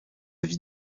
vie